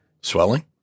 Swelling